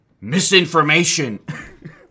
Misinformation